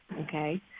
okay